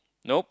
nope